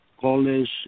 College